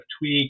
tweak